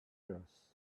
earth